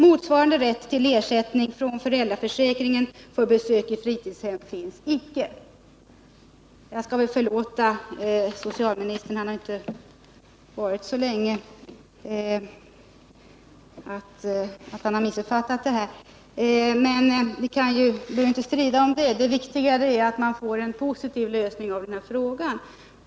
Motsvarande rätt till ersättning från föräldraförsäkringen för besök i fritidshem finns icke.” Jag skall förlåta socialministern att han har missuppfattat detta — han har ju inte varit socialminister så länge. Vi behöver inte strida om det; det viktiga är att man får en positiv lösning av denna fråga.